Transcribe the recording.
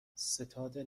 ستاد